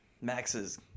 Max's